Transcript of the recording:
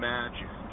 Magic